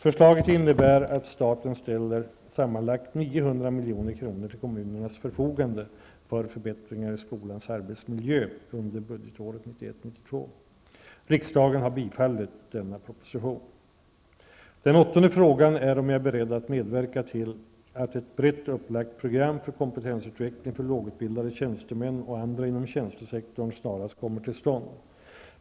Förslaget innebär att staten ställer sammanlagt 900 milj.kr. till kommunernas förfogande för förbättringar i skolans arbetsmiljö under budgetåret 1991/92. Riksdagen har bifallit denna proposition. Den åttonde frågan är om jag är beredd att medverka till att ett brett upplagt program för kompetensutveckling för lågutbildade tjänstemän och andra inom tjänstesektorn snarast kommer till stånd.